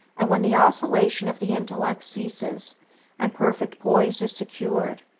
and when the oscillation of the intellect ceases and perfect poise is secured,